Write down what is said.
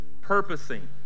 purposing